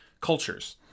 cultures